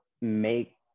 make